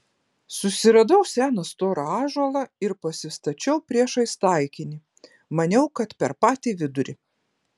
susiradau seną storą ąžuolą ir pasistačiau priešais taikinį maniau kad per patį vidurį